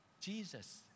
Jesus